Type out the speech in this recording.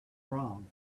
wrong